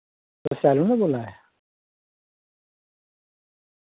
तुस सैलून दा बोल्ला दे